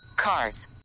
cars